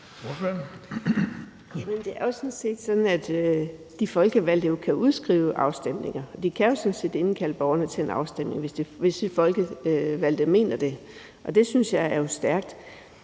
det er jo sådan, at de folkevalgte kan udskrive afstemninger, og de kan sådan set indkalde borgerne til en afstemning, hvis de folkevalgte mener det, og det synes jeg jo er stærkt.